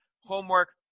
Homework